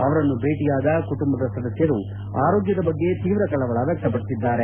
ಅವರನ್ನು ಭೇಟಿಯಾದ ಕುಟುಂಬದ ಸದಸ್ನರು ಆರೋಗ್ಲದ ಬಗ್ಗೆ ತೀವ್ರ ಕಳವಳ ವ್ಯಕ್ತಪಡಿಸಿದ್ದಾರೆ